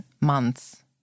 months